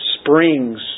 springs